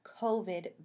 COVID